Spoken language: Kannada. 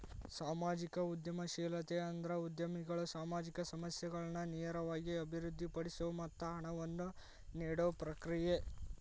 ಸಾಮಾಜಿಕ ಉದ್ಯಮಶೇಲತೆ ಅಂದ್ರ ಉದ್ಯಮಿಗಳು ಸಾಮಾಜಿಕ ಸಮಸ್ಯೆಗಳನ್ನ ನೇರವಾಗಿ ಅಭಿವೃದ್ಧಿಪಡಿಸೊ ಮತ್ತ ಹಣವನ್ನ ನೇಡೊ ಪ್ರಕ್ರಿಯೆ